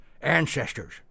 ancestors